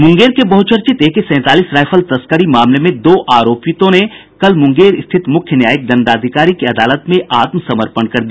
मुंगेर के बहुचर्चित एके सैंतालीस राइफल तस्करी मामले में दो आरोपितों ने कल मुंगेर स्थित मुख्य न्यायिक दंडाधिकारी की अदालत में आत्मसमर्पण कर दिया